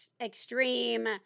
extreme